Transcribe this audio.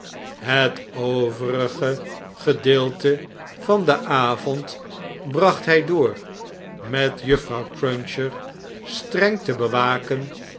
het overige gedeelte van den avond bracht hy door met juffrouw cruncher streng te bewaken